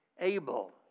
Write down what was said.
Abel